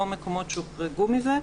או מקומות שהוחרגו מזה.